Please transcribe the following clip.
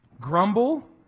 grumble